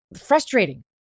frustrating